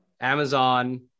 Amazon